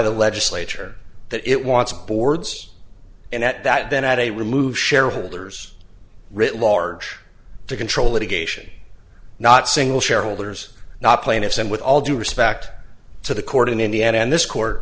the legislature that it wants boards and that that then at a remove shareholders writ large to control a geisha not single shareholders not plaintiffs and with all due respect to the court in indiana and this court